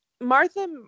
martha